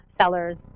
sellers